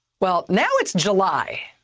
well, now it's july.